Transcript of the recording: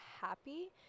happy